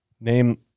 name